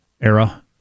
era